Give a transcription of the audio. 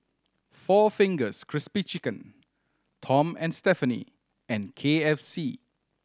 Four Fingers Crispy Chicken Tom and Stephanie and K F C